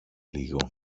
λίγο